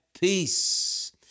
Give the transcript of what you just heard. peace